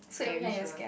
scary show